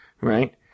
Right